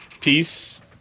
Peace